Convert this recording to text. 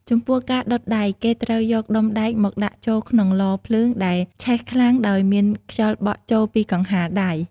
ចំពោះ ការដុតដែក គេត្រូវយកដុំដែកមកដាក់ចូលក្នុងឡភ្លើងដែលឆេះខ្លាំងដោយមានខ្យល់បក់ចូលពីកង្ហារដៃ។